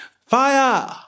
Fire